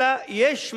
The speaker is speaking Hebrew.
אלא יש,